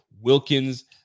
Wilkins